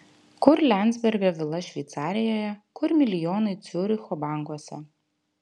kur liandsbergio vila šveicarijoje kur milijonai ciuricho bankuose